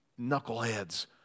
knuckleheads